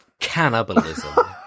Cannibalism